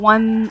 One